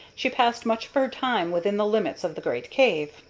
she passed much of her time within the limits of the great cave.